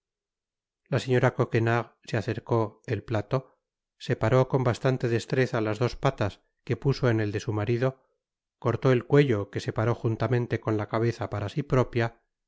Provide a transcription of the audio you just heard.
la señora coquenard se acercó el plato separó con bastante destreza las dos patas que puso en el de su marido cortó el cuello que separó juntamente con la cabeza para si propia